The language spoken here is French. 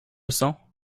cents